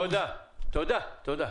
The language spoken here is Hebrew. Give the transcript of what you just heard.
תודה אדוני.